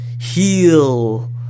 Heal